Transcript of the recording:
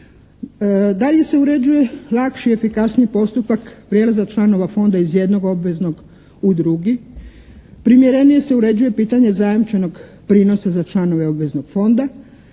Dalje se uređuje lakši i efikasniji postupak prijelaza članova Fonda iz jednog obveznog u drugi. Primjerenije se uređuje pitanje zajamčenog prinosa za članove obveznog fonda.